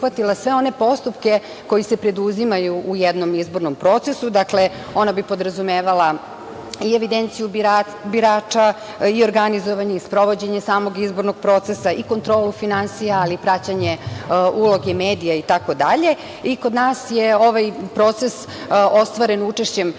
sve one postupke koji se preduzimaju u jednom izbornom procesu. Dakle, ona bi podrazumevala i evidenciju birača, i organizovanje i sprovođenje samog izbornog procesa i kontrolu finansija, ali i praćenje uloge medija i tako dalje. Kod nas je ovaj proces ostvaren učešćem